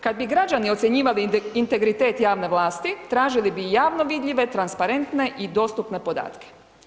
Kad bi građani ocjenjivali integritet javne vlasti, tražili bi i javno vidljive, transparentne i dostupne podatke.